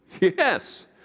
Yes